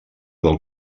del